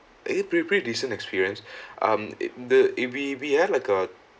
a pretty pre~ decent experience um it the we we have like a